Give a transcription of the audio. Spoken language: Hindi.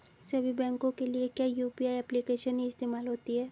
सभी बैंकों के लिए क्या यू.पी.आई एप्लिकेशन ही इस्तेमाल होती है?